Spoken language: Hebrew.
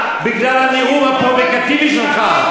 בגלל הניעור הפרובוקטיבי שלך.